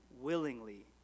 willingly